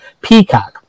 Peacock